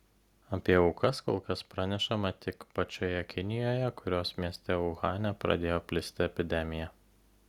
apie aukas kol kas pranešama tik pačioje kinijoje kurios mieste uhane pradėjo plisti epidemija